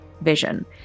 vision